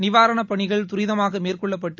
நிவாரணப் பணிகள் துரிதமாக மேற்கொள்ளப்பட்டு